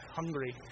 hungry